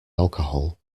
alcohol